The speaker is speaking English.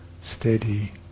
steady